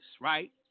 right